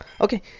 okay